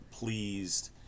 Pleased